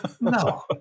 No